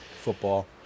football